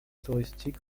touristique